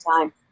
time